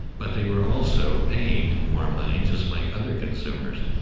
but they were also paying more money, just like other consumers.